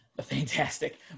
Fantastic